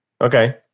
Okay